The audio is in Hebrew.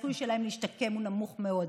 הסיכוי שלהם להשתקם נמוך מאוד.